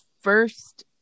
first